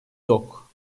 yok